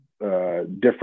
different